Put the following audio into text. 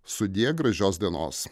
sudie gražios dienos